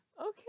Okay